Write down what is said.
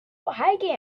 hiking